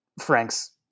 Franks